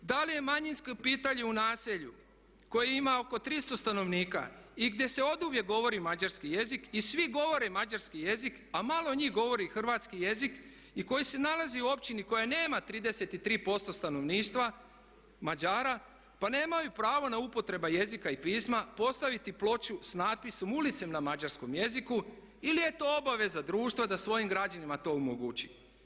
Da li je manjinsko pitanje u naselju koje ima oko 300 stanovnika i gdje se oduvijek govori mađarski i svi govore mađarski jezik a malo njih govori hrvatski jezik i koji se nalazi u općini koja nema 33% stanovništva Mađara pa nemaju pravo na upotrebu jezika i pisma postaviti ploču sa natpisom ulice na mađarskom jeziku ili je to obaveza društva da svojim građanima to omogući?